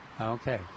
Okay